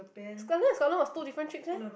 is considered of two different trips leh